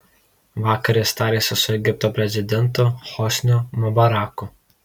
vakar jis tarėsi su egipto prezidentu hosniu mubaraku